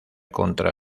contra